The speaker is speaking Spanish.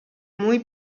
muy